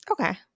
Okay